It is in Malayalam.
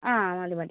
ആ മതി മതി